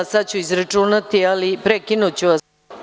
Sada ću izračunati, ali prekinuću vas.